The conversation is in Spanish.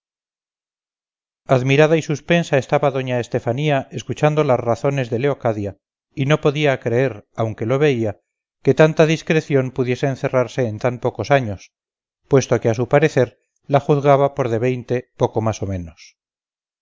admirada y suspensa estaba doña estefanía escuchando las razones de leocadia y no podía creer aunque lo veía que tanta discreción pudiese encerrarse en tan pocos años puesto que a su parecer la juzgaba por de veinte poco más a menos